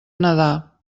nedar